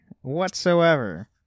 whatsoever